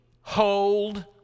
hold